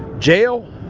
jail,